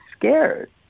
scared